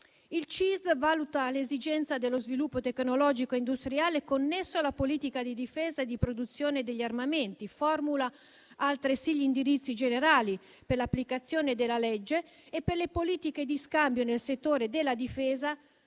Il CISD valuta l'esigenza dello sviluppo tecnologico industriale connesso alla politica di difesa e di produzione degli armamenti; formula altresì gli indirizzi generali per l'applicazione della legge e per le politiche di scambio nel settore della difesa;